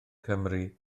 cymru